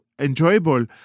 enjoyable